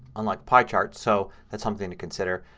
unlike pie charts, so that's something to consider.